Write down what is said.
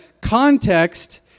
context